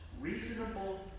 reasonable